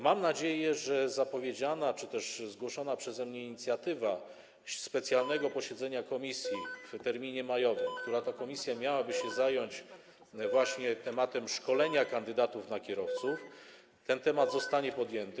Mam nadzieję, że w ramach zapowiedzianej, czy też zgłoszonej przeze mnie inicjatywy specjalnego posiedzenia komisji w terminie majowym, na którym komisja miałaby się zająć właśnie tematem szkolenia kandydatów na kierowców, ten temat zostanie podjęty.